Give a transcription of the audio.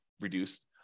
reduced